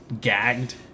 gagged